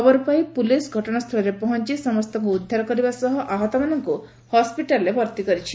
ଖବର ପାଇ ପୋଲିସ ଘଟଣାସ୍ଚଳରେ ପହଞ୍ ସମ୍ତଙ୍କୁ ଉଦ୍ଧାର କରିବା ସହ ଆହତମାନଙ୍କୁ ହସ୍ପିଟାଲରେ ଭର୍ତ୍ତି କରିଛି